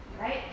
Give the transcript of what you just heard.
right